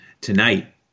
tonight